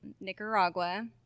Nicaragua